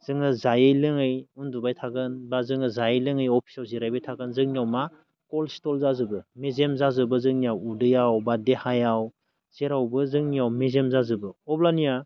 जोङो जायै लोङै उन्दुबाय थागोन बा जोङो जायै लोङै अफिसाव जिरायबाय थागोन जोंनियाव मा कलेस्ट्रल जाजोबो मेजेम जाजोबो जोंनियाव उदैयाव बा देहायाव जेरावबो जोंनियाव मेजेम जाजोबो अब्लानिया